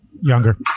Younger